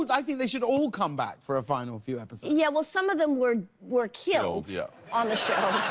but i think they should all come back for a final few episodes. yeah well, some of them were were killeds yeah on the show.